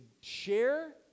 share